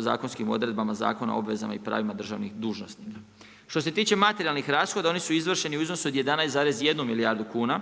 zakonskim odredbama Zakona o obvezama i pravima državnih dužnosnika. Što se tiče materijalnih rashoda oni su izvršeni u iznosu od 11,1 milijardu kuna